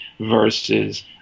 versus